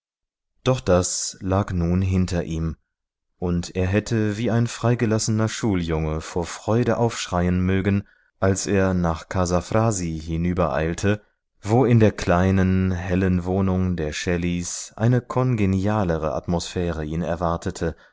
doch das lag nun hinter ihm und er hätte wie ein freigelassener schuljunge vor freude aufschreien mögen als er nach casa frasi hinübereilte wo in der kleinen hellen wohnung der shelleys eine kongenialere atmosphäre ihn erwartete